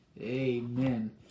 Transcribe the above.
amen